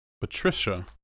Patricia